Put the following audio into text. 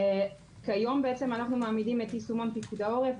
כיום אנחנו מעמידים את יישומון פיקוד העורף,